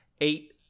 Eight